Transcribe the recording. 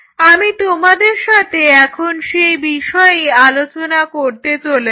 আমি তোমাদের সাথে এখন সেই বিষয়েই আলোচনা করতে চলেছি